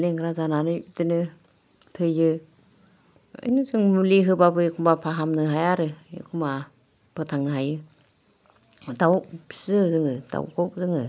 लेंग्रा जानानै बिदिनो थैयो बिदिनो जों मुलि होबाबो एखम्बा फाहामनो हाया आरो एखम्बा फोथांनो हायो दाउ फिसियो जोङो दाउखौ जोङो